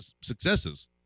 successes